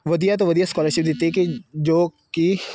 ਵਧੀਆ ਤੋਂ ਵਧੀਆ ਸਕੋਲਰਸ਼ਿਪ ਦਿੱਤੀ ਕਿ ਜੋ ਕਿ